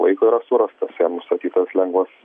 laiko yra surastas jam nustatytas lengvas